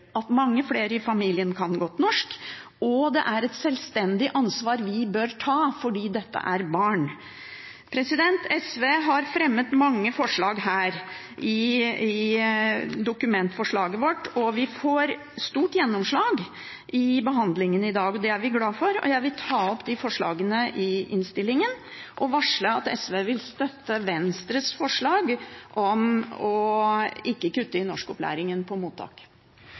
at mange flere i familien kan godt norsk, og det er et selvstendig ansvar vi bør ta fordi dette er barn. SV har fremmet mange forslag i dette Dokument 8-forslaget , og vi får stort gjennomslag i behandlingen i dag, og det er vi glad for. Jeg vil ta opp forslagene i innstillingen og varsle at SV vil støtte Venstres forslag om ikke å kutte i norskopplæringen på mottak.